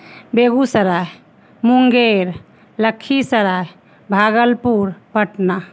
Begusarai Munger Lakhisarai Bhagalpur Patna